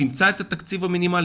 תמצא את התקציב המינימלי,